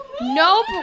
Nope